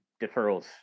deferrals